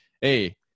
hey